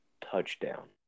touchdown